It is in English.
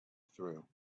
through